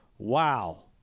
Wow